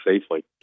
safely